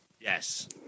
Yes